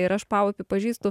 ir aš paupį pažįstu